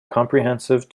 comprehensive